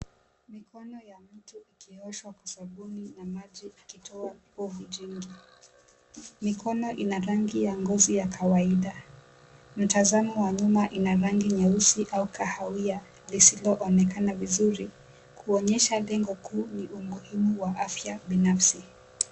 Mikono ya mtu ikioshwa kwa sabuni na maji ikitoa povu jingi. Mikono ina rangi ya ngozi ya kawaida, mtazamo wa nyuma inarangi nyeusi au ya kawahia lisiloonekana vizuri kuonyesha lengu kuu ni umuhimu wa afya binafsi.